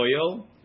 oil